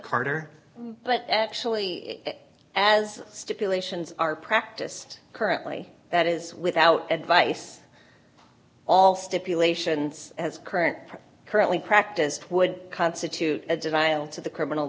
carter but actually as stipulations are practiced currently that is without advice all stipulation as current currently practiced would constitute a denial to the criminal